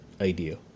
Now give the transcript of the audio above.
idea